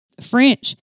French